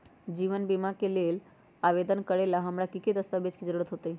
जीवन बीमा के लेल आवेदन करे लेल हमरा की की दस्तावेज के जरूरत होतई?